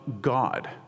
God